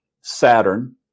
Saturn